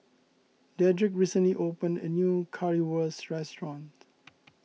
Dedric recently opened a new Currywurst restaurant